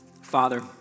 Father